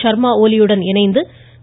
ஷர்மா ஒலியுடன் இணைந்து